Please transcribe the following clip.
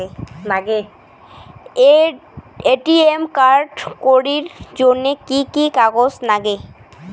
ATM card করির জন্যে কি কি কাগজ নাগে?